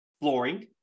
flooring